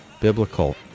biblical